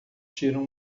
tiram